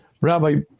Rabbi